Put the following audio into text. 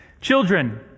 Children